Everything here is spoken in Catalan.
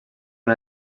una